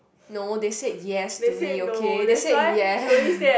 no they said yes to me okay they say yes